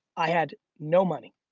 i had no money.